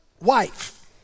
wife